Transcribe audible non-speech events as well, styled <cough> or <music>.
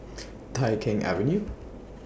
<noise> Tai Keng Avenue